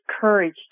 courage